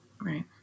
Right